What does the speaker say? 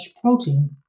protein